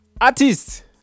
Artists